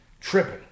tripping